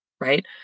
right